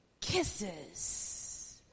kisses